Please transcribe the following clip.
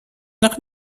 noch